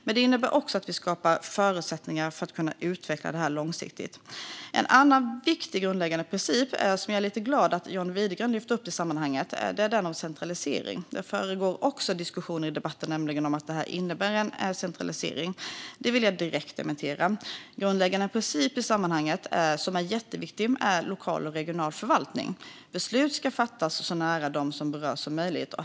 Men det innebär också att vi skapar förutsättningar för att kunna utveckla det här långsiktigt. En annan viktig grundläggande princip som jag är lite glad att John Widegren lyfte upp i sammanhanget är den om centralisering. Det försiggår nämligen också diskussioner i debatten om att detta innebär en centralisering. Det vill jag direkt dementera. En grundläggande princip i sammanhanget, som är jätteviktig, är principen om lokal och regional förvaltning - att beslut ska fattas så nära dem som berörs som möjligt.